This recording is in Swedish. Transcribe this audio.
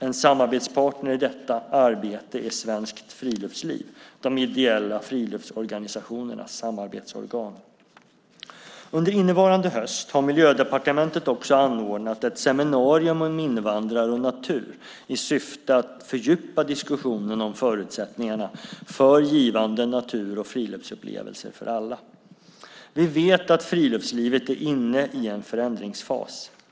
En samarbetspartner i detta arbete är Svenskt Friluftsliv, de ideella friluftsorganisationernas samarbetsorgan. Under innevarande höst har Miljödepartementet också anordnat ett seminarium om invandrare och natur i syfte att fördjupa diskussionen om förutsättningarna för givande natur och friluftsupplevelser för alla. Vi vet att friluftslivet är inne i en förändringsfas.